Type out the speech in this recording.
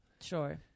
sure